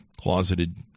closeted